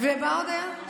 ומה עוד היה?